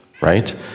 right